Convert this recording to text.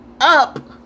up